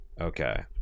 okay